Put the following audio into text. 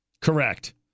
Correct